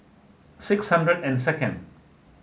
six hundred and second